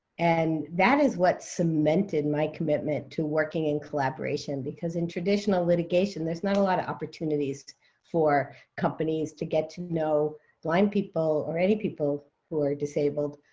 and that is what cemented my commitment to working in collaboration. because in traditional litigation, there's not a lot of opportunities for companies to get to know blind people, or any people who are disabled,